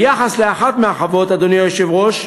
ביחס לאחת מהחוות, אדוני היושב-ראש,